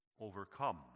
overcome